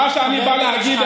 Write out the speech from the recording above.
מה שאני בא להגיד,